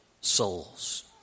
souls